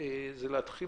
נתחיל